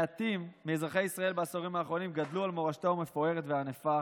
מעטים מאזרחי ישראל בעשורים האחרונים גדלו על מורשתו המפוארת והענפה